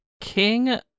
King